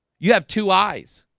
you have two eyes